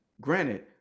granted